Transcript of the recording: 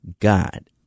God